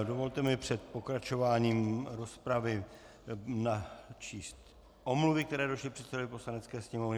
Dovolte mi před pokračováním rozpravy načíst omluvy, které došly předsedovi Poslanecké sněmovny.